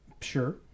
Sure